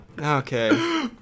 Okay